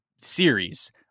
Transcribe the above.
series